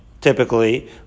typically